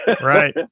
Right